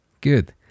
Good